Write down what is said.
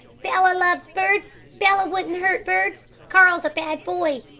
bella loves birds. bella wouldn't hurt birds. carl's a bad boy.